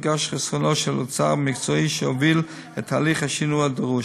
הורגש חסרונו של אוצר מקצועי שיוביל את תהליך השינוי הדרוש.